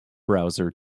browser